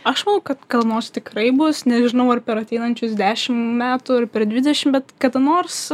aš manau kad kada nors tikrai bus nežinau ar per ateinančius dešimt metų ir per dvidešim bet bet kada nors